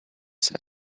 said